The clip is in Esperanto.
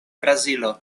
brazilo